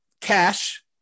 Cash